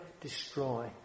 destroy